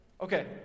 Okay